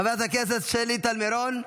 חברת הכנסת שלי טל מירון,